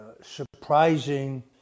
surprising